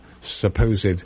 supposed